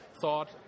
thought